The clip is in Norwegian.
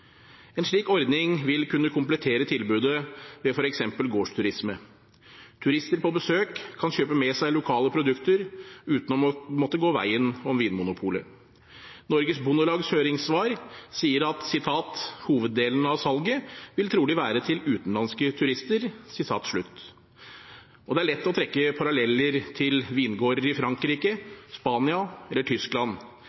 En slik ordning vil kunne komplettere tilbudet ved for eksempel gårdsturisme. Turister på besøk kan kjøpe med seg lokale produkter uten å måtte gå veien om Vinmonopolet. Norges Bondelags høringssvar sier: «Hoveddelene av salget vil trolig være til utenlandske turister.» Det er lett å trekke paralleller til vingårder i Frankrike,